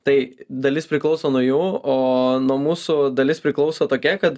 tai dalis priklauso nuo jų o nuo mūsų dalis priklauso tokia kad